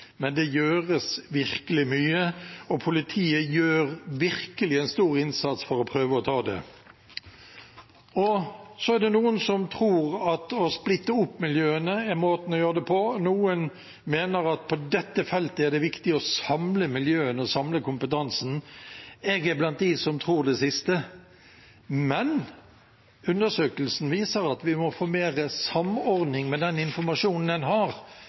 Men det gjøres virkelig mye, og politiet gjør virkelig en stor innsats for å prøve å ta det. Så er det noen som tror at å splitte opp miljøene er måten å gjøre det på. Noen mener at på dette feltet er det viktig å samle miljøene, samle kompetansen. Jeg er blant dem som tror det siste. Men undersøkelsen viser at vi må få mer samordning med den informasjonen en har,